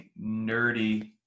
nerdy